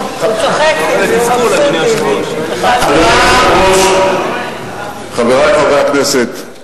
אדוני היושב-ראש, חברי חברי הכנסת,